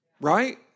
Right